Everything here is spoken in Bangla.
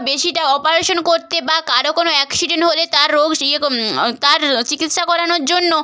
বেশিটা অপারেশন করতে বা কারও কোনো অ্যাক্সিডেন্ট হলে তার রোগ স্ ইয়ে তার চিকিৎসা করানোর জন্য